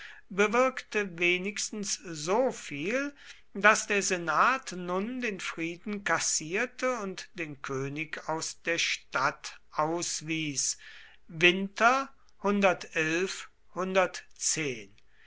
bewirkte wenigstens so viel daß der senat nun den frieden kassierte und den könig aus der stadt auswies